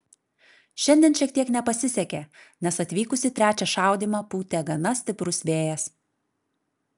šiandien šiek tiek nepasisekė nes atvykus į trečią šaudymą pūtė gana stiprus vėjas